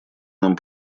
нам